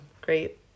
Great